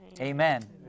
amen